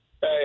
Hey